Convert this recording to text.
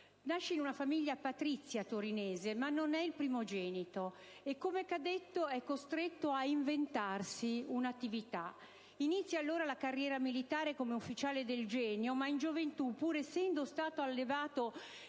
Nasce in una famiglia patrizia torinese, ma non è il primogenito e, come cadetto, è costretto a inventarsi un'attività. Inizia allora la carriera militare come ufficiale del Genio, ma in gioventù, pur essendo stato allevato